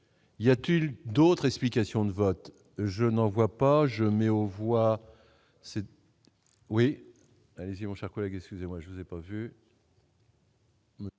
y a-t-il d'autres explications de vote, je n'en vois pas je mets aux voix c'était oui, j'ai mon cher collègue, excusez-moi, je vous ai pas vu.